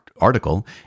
article